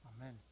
Amen